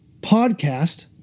podcast